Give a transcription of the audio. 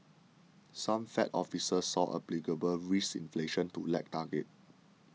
some Fed officials saw applicable risk inflation to lag target